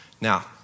Now